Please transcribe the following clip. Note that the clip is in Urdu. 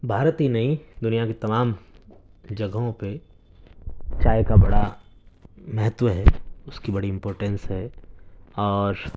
بھارت ہی نہیں دنیا کی تمام جگہوں پہ چائے کا بڑا مہتو ہے اس کی بڑی امپوٹنس ہے اور